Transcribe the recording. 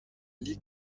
ligue